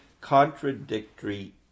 contradictory